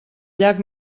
llac